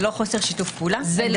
זה לא חוסר שיתוף פעולה.